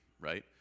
right